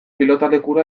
pilotalekura